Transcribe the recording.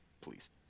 please